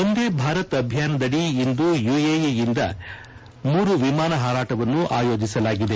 ವಂದೇ ಭಾರತ್ ಅಭಿಯಾನದಡಿ ಇಂದು ಯುಎಇಯಿಂದ ಮೂರು ವಿಮಾನ ಹಾರಾಟವನ್ನು ಆಯೋಜಿಸಲಾಗಿದೆ